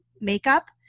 makeup